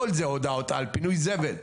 כל זה הודעות על פינוי זבל.